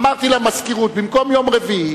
אמרתי למזכירות: במקום יום רביעי,